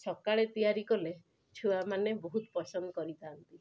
ସକାଳେ ତିଆରି କଲେ ଛୁଆମାନେ ବହୁତ ପସନ୍ଦ କରିଥାନ୍ତି